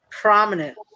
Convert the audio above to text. prominent